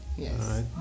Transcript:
Yes